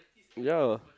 yeah